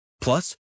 Plus